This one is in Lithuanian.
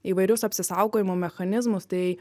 įvairius apsisaugojimo mechanizmus tai